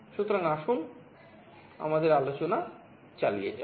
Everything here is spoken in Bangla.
সুতরাং আসুন আমাদের আলোচনা চালিয়ে যায়